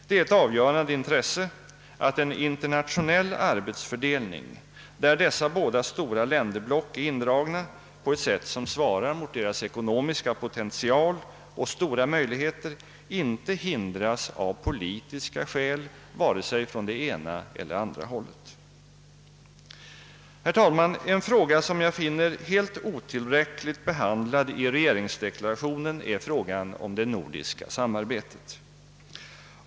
Det är ett avgörande intresse att en internationell arbetsfördelning, där dessa båda stora länderblock är indragna på ett sätt som svarar mot deras ekonomiska potential och stora möjligheter, inte hindras av politiska skäl från vare sig det ena eller det andra hållet. Herr talman! En fråga som jag finner helt otillräckligt behandlad i regeringsdeklarationen är frågan om det nordiska samarbetet.